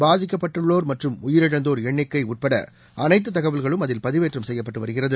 பாதிக்கப்பட்டுள்ளோர் மற்றும் உயிரிழந்தோர் எண்ணிக்கை உட்பட அனைத்து தகவல்களும் அதில் பதிவேற்றம் செய்யப்பட்டு வருகிறது